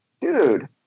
dude